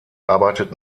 arbeitet